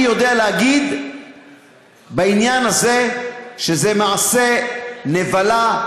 אני יודע להגיד בעניין הזה שזה מעשה נבלה,